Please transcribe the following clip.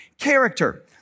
character